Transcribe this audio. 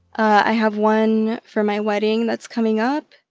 i have one for my wedding that's coming up.